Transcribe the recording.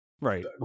Right